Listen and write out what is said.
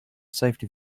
safety